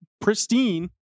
pristine